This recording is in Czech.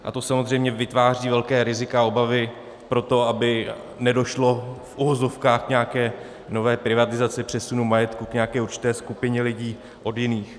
A to samozřejmě vytváří velká rizika a obavy proto, aby nedošlo v uvozovkách k nějaké nové privatizaci, přesunu majetku k nějaké určité skupině lidí od jiných.